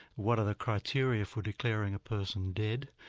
what are the criteria for declaring a person dead?